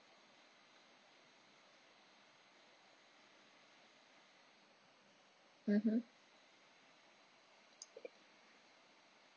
mmhmm